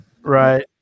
Right